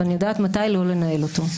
ואני יודעת מתי לא לנהל אותו.